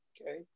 Okay